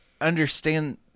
understand